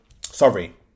Sorry